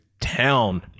town